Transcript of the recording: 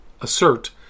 assert